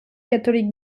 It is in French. catholique